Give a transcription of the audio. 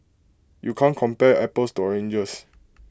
you can't compare apples to oranges